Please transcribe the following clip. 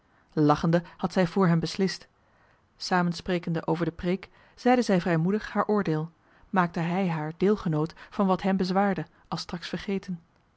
lachende had zij voor hem beslist samensprekende over de preek zeide zij vrijmoedig haar oordeel maakte hij haar deelgenoot van wat hem bezwaarde als straks vergeten